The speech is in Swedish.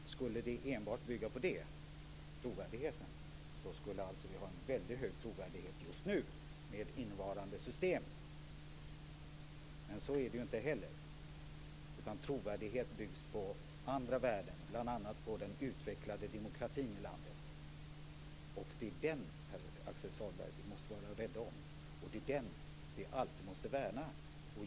Skulle trovärdigheten bygga enbart på det, skulle vi ha en väldigt hög trovärdighet just nu, med rådande system, men så är det inte heller. Trovärdighet byggs på andra värden, bl.a. på den utvecklade demokratin i landet. Det är den som vi måste vara rädda om, Pär Axel Sahlberg, och alltid måste värna.